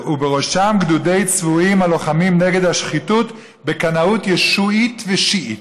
ובראשם גדודי צבועים הלוחמים נגד השחיתות בקנאות ישועית ושיעית.